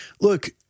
look